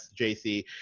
JC